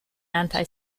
anti